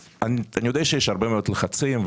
אני יודע שיש הרבה מאוד לחצים,